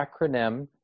acronym